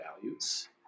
values